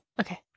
okay